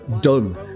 done